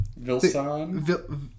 Vilsan